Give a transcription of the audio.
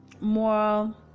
more